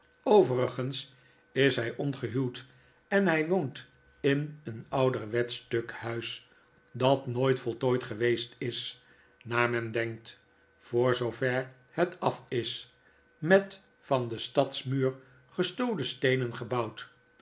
overigens is hij ongehuwd en hy woont in een ouderwetsch stuk huis dat nooit voltooid geweest is naar men denkt voor zoover het af is met van de stadsmuur gestolen steenen gebouwd